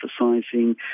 emphasizing